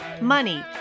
money